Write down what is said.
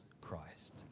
Christ